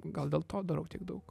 gal dėl to darau tiek daug